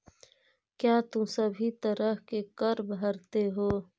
क्या तुम सभी तरह के कर भरते हो?